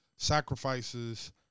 sacrifices